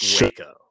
Waco